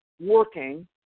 working